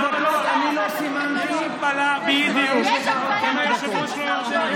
עשר דקות, אני לא סימנתי, אבל יש לך עוד כמה דקות.